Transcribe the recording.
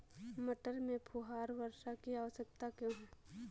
मटर में फुहारा वर्षा की आवश्यकता क्यो है?